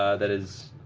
ah that is